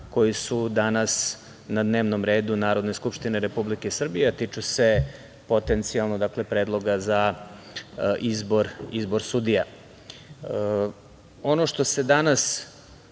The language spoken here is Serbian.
koji su danas na dnevnom redu Narodne skupštine Republike Srbije, a tiču se potencijalnog predloga za izbor sudija. Ono što se danas